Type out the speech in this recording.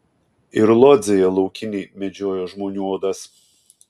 ir lodzėje laukiniai medžiojo žmonių odas